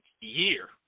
year